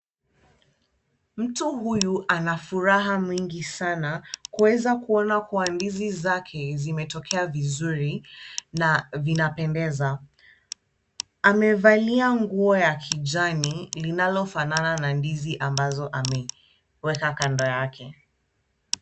Mtu huyu ana furaha mingi sana kuweza kuona kuwa ndizi zake zimetokea vizuri na vinapendeza. Amevalia nguo ya kijani, linalofanana na ndizi ambazo ameweka kando yake.